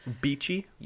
beachy